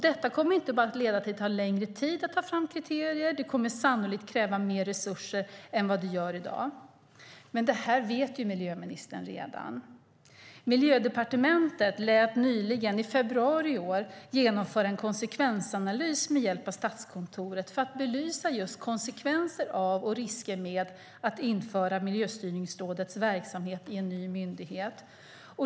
Det kommer inte bara att leda till att det tar längre tid att ta fram kriterier, utan det kommer sannolikt att krävas mer resurser än vad fallet är i dag. Detta vet miljöministern naturligtvis redan. Miljödepartementet lät i februari i år Statskontoret genomföra en konsekvensanalys för att belysa just konsekvenserna av och riskerna med att införa Miljöstyrningsrådets verksamhet i en ny myndighet.